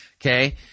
Okay